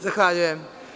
Zahvaljujem.